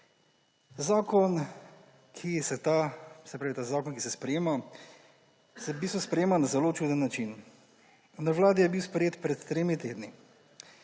zakon, ki se sprejema, se v bistvu sprejema na zelo čuden način. Na vladi je bil sprejet pred tremi tedni.